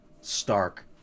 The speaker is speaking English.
stark